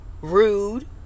rude